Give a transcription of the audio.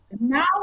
now